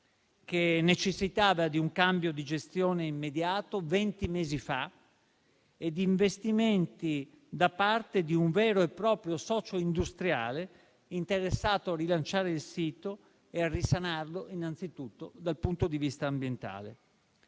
che necessitava di un cambio di gestione immediato, venti mesi fa, e di investimenti da parte di un vero e proprio socio industriale interessato a rilanciare il sito e a risanarlo, innanzitutto dal punto di vista ambientale;